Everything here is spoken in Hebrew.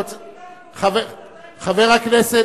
זה הכול.